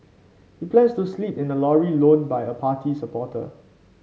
he plans to sleep in a lorry loaned by a party supporter